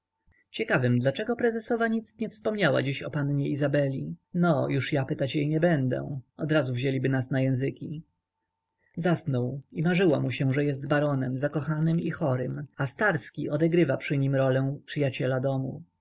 ciekawym dlaczego prezesowa nic dziś nie wspominała o pannie izabeli no już ja pytać się nie będę odrazu wzięliby nas na języki zasnął i marzyło mu się że jest baronem zakochanym i chorym a starski odegrywa przy nim rolę przyjaciela domu